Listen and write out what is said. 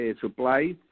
supplies